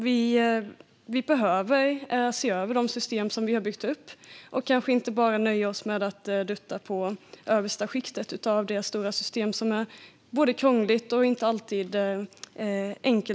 Vi behöver se över de system vi har byggt upp och kanske inte bara nöja oss med att dutta på det översta skiktet i ett stort system som är både krångligt och inte alltid rimligt.